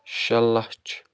شےٚ لَچھ